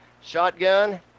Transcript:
Shotgun